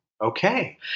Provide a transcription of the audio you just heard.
Okay